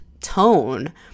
tone